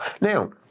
Now